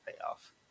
payoff